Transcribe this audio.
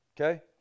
Okay